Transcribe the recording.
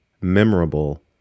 memorable